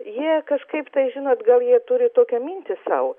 jie kažkaip tai žino atgal jie turi tokią mintį sau